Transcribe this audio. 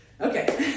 Okay